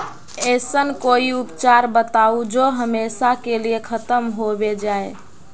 ऐसन कोई उपचार बताऊं जो हमेशा के लिए खत्म होबे जाए?